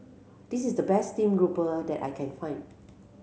this is the best steamed grouper that I can find